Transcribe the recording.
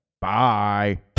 bye